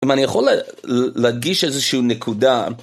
אם אני יכול להדגיש איזושהי נקודה.